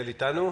יעל איתנו?